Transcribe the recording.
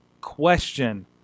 question